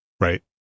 Right